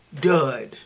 dud